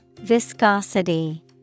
Viscosity